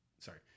Sorry